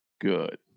good